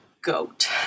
goat